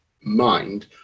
mind